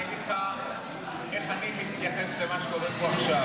אני אגיד לך איך אני מתייחס למה שקורה עכשיו.